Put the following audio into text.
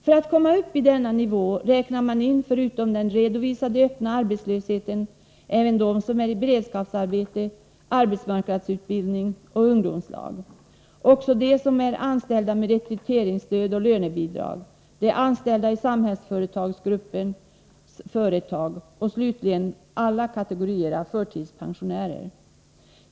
För att komma upp i denna nivå räknar man in, förutom den redovisade öppna arbetslösheten, även dem som är i beredskapsarbete, arbetsmarknadsutbildning och ungdomslag; också dem som är anställda med rekryteringsstöd och lönebidrag, de anställda i Samhällsföretagsgruppens företag och slutligen alla kategorier av förtidspensionärer.